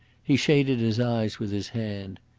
he shaded his eyes with his hand.